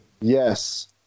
Yes